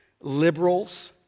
liberals